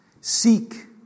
Seek